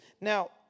Now